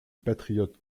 patriotes